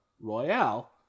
Royale